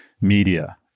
media